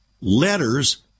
letters